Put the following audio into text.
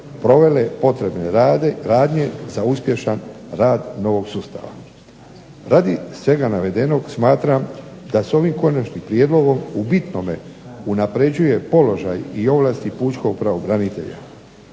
provele potrebne radnje za uspješan rad novog sustava. Radi svega navedenog smatram da s ovim konačnim prijedlogom u bitnome unapređuje položaj i ovlasti pučkog pravobranitelja,